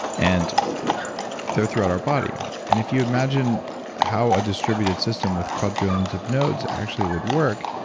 and they're throughout our body and if you imagine how a distributed system with quadrants of nodes actually would work,